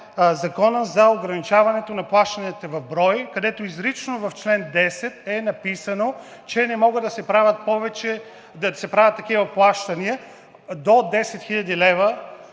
Закона за ограничаването на плащанията в брой, където изрично в чл. 10 е написано, че не могат да се правят такива плащания до 10 хил. лв.